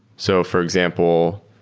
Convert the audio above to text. so for example,